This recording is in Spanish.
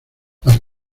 las